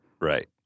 Right